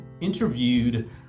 interviewed